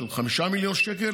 5 מיליון שקלים,